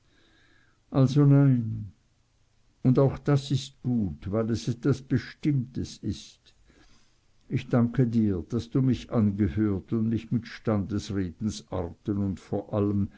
also nein und auch das ist gut weil es etwas bestimmtes ist ich danke dir daß du mich angehört und mich mit standesredensarten und vor allem